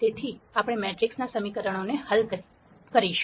તેથી આપણે મેટ્રિક્સ સમીકરણો હલ કરીશું